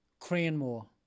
Cranmore